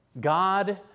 God